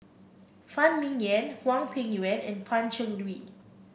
Phan Ming Yen Hwang Peng Yuan and Pan Cheng Lui